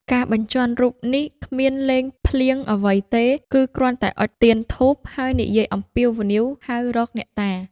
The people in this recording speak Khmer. ការបញ្ជាន់រូបនេះគ្មានលេងភ្លាងអ្វីទេ គឺគ្រាន់តែអុជទៀនធូប ហើយនិយាយអំពាវនាវហៅរកអ្នកតា ។